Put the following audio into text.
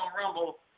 Rumble